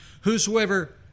whosoever